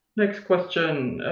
next question,